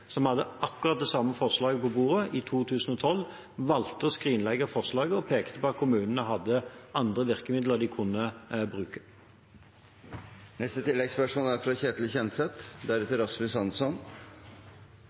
som hadde akkurat det samme forslaget på bordet i 2012, som valgte å skrinlegge forslaget og pekte på at kommunene hadde andre virkemidler å bruke.